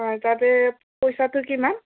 হয় তাতে পইচাটো কিমান